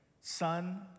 Son